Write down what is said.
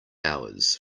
hours